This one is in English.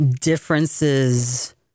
Differences